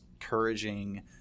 encouraging